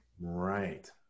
Right